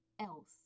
else